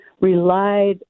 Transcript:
relied